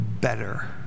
better